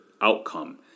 outcome